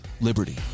liberty